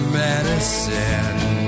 medicine